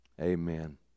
Amen